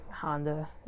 Honda